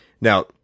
Now